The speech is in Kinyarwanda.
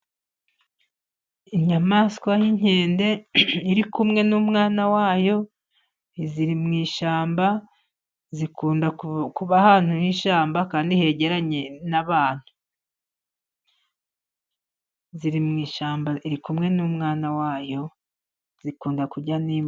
Inyamaswa y'inkende iri kumwe n'umwana wayo, ziri mu ishyamba zikunda kuba ahantu h'ishyamba kandi hegeranye n'abantu, ziri mu ishyamba iri kumwe n'umwana wayo zikunda kurya n'imbuto.